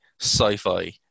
sci-fi